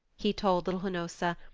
he told little hnossa,